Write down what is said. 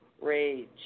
rage